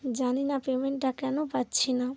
জানি না পেমেন্টটা কেন পাচ্ছি না